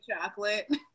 Chocolate